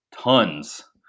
tons